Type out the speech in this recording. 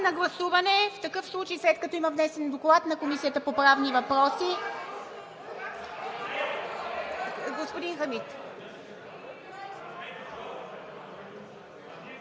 на гласуване в такъв случай, след като има внесен Доклад на Комисията по правни въпроси... Господин Хамид.